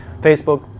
Facebook